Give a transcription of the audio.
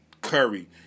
Curry